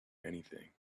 anything